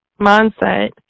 mindset